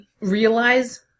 realize